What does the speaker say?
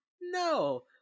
No